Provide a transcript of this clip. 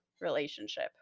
relationship